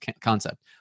concept